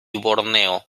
borneo